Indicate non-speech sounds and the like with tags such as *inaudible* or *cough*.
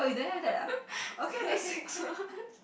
*laughs* is that the sixth one